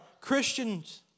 Christians